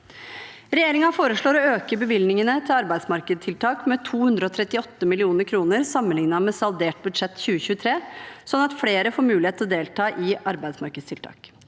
Regjeringen foreslår å øke bevilgningene til arbeidsmarkedstiltak med 238 mill. kr sammenlignet med saldert budsjett for 2023, sånn at flere får mulighet til å delta i arbeidsmarkedstiltak.